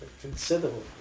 considerable